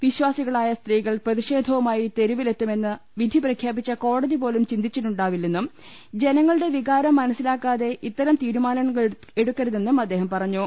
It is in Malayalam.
വിശ്വാസികളായ സ്ത്രീകൾ പ്രതിഷേധവുമായി തെരുവിൽ എത്തുമെന്ന് വിധി പ്രഖ്യാപിച്ച കോടതി പോലും ചിന്തിച്ചിട്ടുണ്ടാവില്ലെന്നും ജനങ്ങളുടെ വികാരം മനസ്സിലാക്കാതെ ഇത്തരം തീരുമാനങ്ങളെടുക്കരുതെന്നും അദ്ദേഹം പറഞ്ഞു